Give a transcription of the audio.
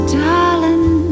darling